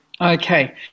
Okay